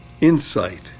insight